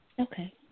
Okay